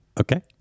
okay